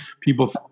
people